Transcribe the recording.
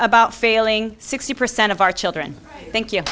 about failing sixty percent of our children thank you